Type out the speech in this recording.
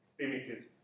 limited